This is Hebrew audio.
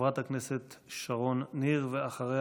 חברת הכנסת שרון ניר, ואחריה,